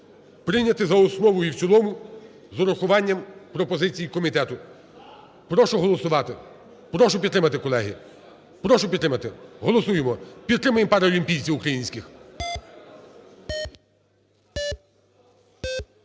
прийняти за основу і в цілому з урахуванням пропозицій комітету. Прошу голосувати. Прошу підтримати, колеги. Прошу підтримати, голосуємо, підтримаємо паралімпійців українських.